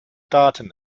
daten